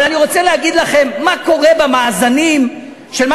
אבל אני רוצה להגיד לכם מה קורה במאזנים של מה